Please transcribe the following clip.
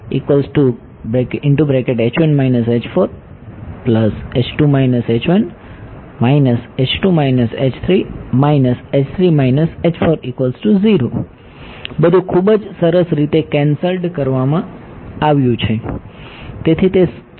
બધું ખૂબ જ સરસ રીતે કેન્સલ્ડ કરવામાં આવ્યું છે